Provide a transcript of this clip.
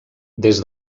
des